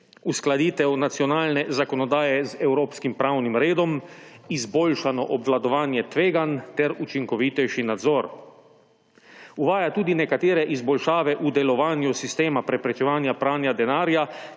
uskladitev nacionalne zakonodaje z evropskim pravnim redom, izboljšano obvladovanje tveganj ter učinkovitejši nadzor. Uvaja tudi nekatere izboljšave v delovanju sistema preprečevanja pranja denarja,